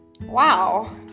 Wow